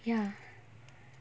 ya